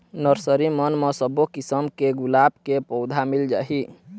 nursery मन म सब्बो किसम के गुलाब के पउधा मिल जाही